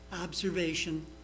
observation